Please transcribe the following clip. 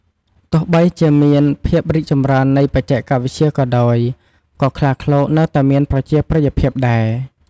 ទោះបីជាមានភាពរីកចម្រើននៃបច្ចេកវិទ្យាក៏ដោយ ក៏ខ្លាឃ្លោកនៅតែមានប្រជាប្រិយភាពដែរ។